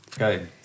Okay